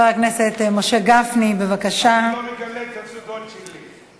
אני לא מגלה את הסודות שלי.